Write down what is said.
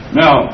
now